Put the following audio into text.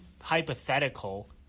hypothetical